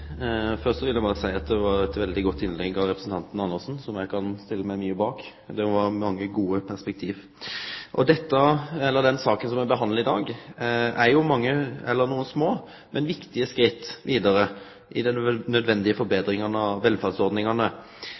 Først vil eg berre seie at det var eit veldig godt innlegg av representanten Andersen, som eg kan stille meg mykje bak. Det var mange gode perspektiv. Den saka som me behandlar i dag, er nokre små, men viktige skritt vidare i dei nødvendige forbetringane av